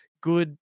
good